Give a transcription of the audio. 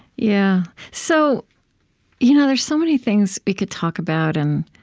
yeah so you know there's so many things we could talk about, and